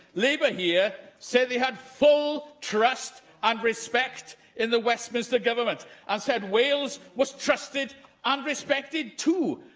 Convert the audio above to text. labour here said they had full trust and respect in the westminster government, and said wales was trusted and respected too,